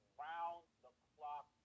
round-the-clock